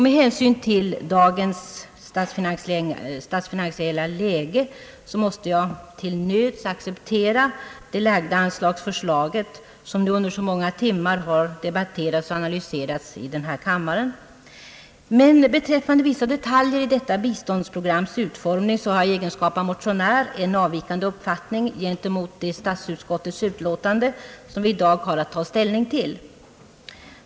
Med hänsyn till dagens statsfinansiella läge måste jag till nöds acceptera det framlagda anslagsförslaget, som nu under så många timmar har debatterats och analyserats här i kammaren. Beträffande vissa detaljer i detta biståndsprograms utformning har jag emellertid som motionär en avvikande uppfattning gentemot det statsutskottets utlåtande som vi i dag har att ta ställning till.